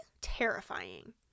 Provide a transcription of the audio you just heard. Terrifying